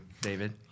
David